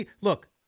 Look